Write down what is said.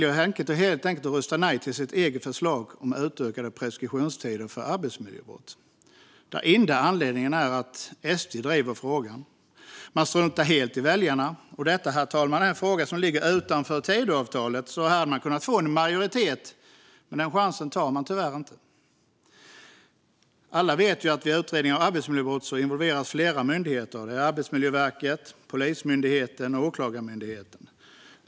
Socialdemokraterna väljer helt enkelt att rösta nej till sitt eget förslag om utökade preskriptionstider för arbetsmiljöbrott, och den enda anledningen är att SD driver frågan. Man struntar helt i väljarna. Och detta, fru talman, är en fråga som ligger utanför Tidöavtalet. Här hade Socialdemokraterna alltså kunnat få en majoritet, men den chansen tar man tyvärr inte. Alla vet att vid utredningar av arbetsmiljöbrott involveras flera myndigheter - Arbetsmiljöverket, Polismyndigheten och Åklagarmyndigheten.